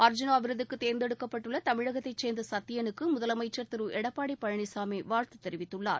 அர்ஜுனா விருதுக்கு தேர்ந்தெடுக்கப்பட்டுள்ள தமிழகத்தைச் சேர்ந்த சத்தியனுக்கு முதலமைச்சர் திரு எடப்பாடி பழனிசாமி வாழ்த்து தெரிவித்துள்ளார்